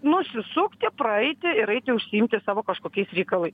nusisukti praeiti ir eiti užsiimti savo kažkokiais reikalais